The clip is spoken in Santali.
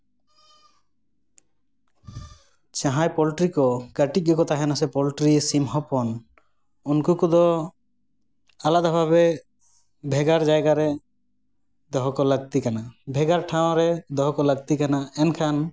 ᱡᱟᱦᱟᱸᱭ ᱯᱳᱞᱴᱨᱤ ᱠᱚ ᱠᱟᱹᱴᱤᱡ ᱜᱮᱠᱚ ᱛᱟᱦᱮᱱᱟ ᱥᱮ ᱯᱳᱞᱴᱨᱤ ᱥᱤᱢ ᱦᱚᱯᱚᱱ ᱩᱱᱠᱩ ᱠᱚᱫᱚ ᱟᱞᱟᱫᱟ ᱵᱷᱟᱵᱮ ᱵᱷᱮᱜᱟᱨ ᱡᱟᱭᱜᱟ ᱨᱮ ᱫᱚᱦᱚ ᱠᱚ ᱞᱟᱹᱠᱤᱛ ᱠᱟᱱᱟ ᱵᱷᱮᱜᱟᱨ ᱴᱷᱟᱶᱨᱮ ᱫᱚᱦᱚ ᱠᱚ ᱞᱟᱹᱠᱛᱤ ᱠᱟᱱᱟ ᱮᱱᱠᱷᱟᱱ